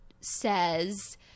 says